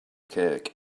cake